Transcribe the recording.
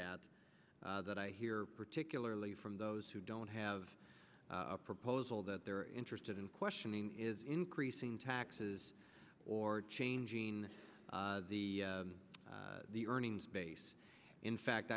ad that i hear particularly from those who don't have a proposal that they're interested in questioning is increasing taxes or changing the the earnings base in fact